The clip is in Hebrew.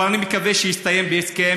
אבל אני מקווה שהוא יסתיים בהסכם,